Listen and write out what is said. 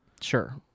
sure